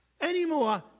anymore